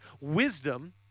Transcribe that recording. Wisdom